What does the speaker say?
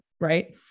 Right